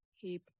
keep